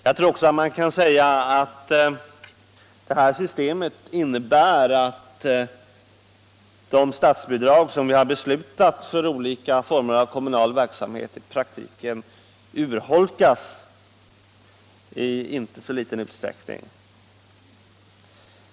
Jag tror också man kan säga att detta system innebär att de statsbidrag vi har beslutat att anslå för olika former av kommunal verksamhet i praktiken urholkas i inte så liten utsträckning.